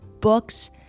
books